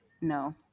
no